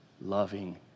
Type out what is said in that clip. Loving